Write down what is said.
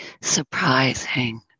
surprising